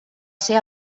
ser